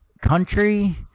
country